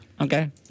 Okay